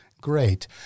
Great